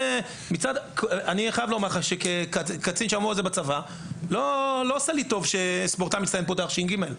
אני חייב לומר לך שכקצין בצבא לא עושה לי טוב שספורטאי מצטיין פותח ש"ג.